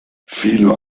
fino